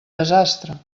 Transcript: desastre